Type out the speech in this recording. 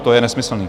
To je nesmyslné.